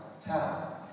town